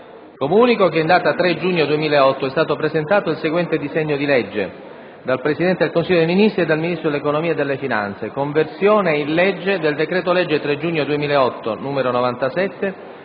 Comunico che, in data 3 giugno 2008, è stato presentato il seguente disegno di legge: *dal Presidente del Consiglio dei ministri e dal Ministro dell'economia e delle finanze*: «Conversione in legge del decreto-legge 3 giugno 2008, n. 97,